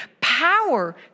power